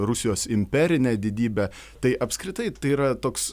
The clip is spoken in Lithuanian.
rusijos imperinę didybę tai apskritai tai yra toks